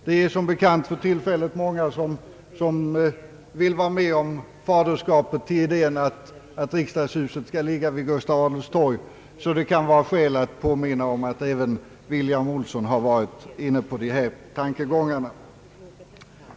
För tillfället är det ju så många som vill vara med om faderskapet till idén att riksdagshuset skall ligga vid Gustav Adolfstorg, att det kan vara skäl att påminna om att även William-Olsson har varit inne på de tankegångarna.